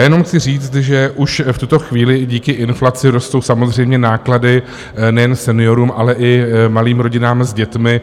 Jenom chci říct, že už v tuto chvíli díky inflaci rostou samozřejmě náklady nejen seniorům, ale i malým rodinám s dětmi.